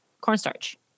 cornstarch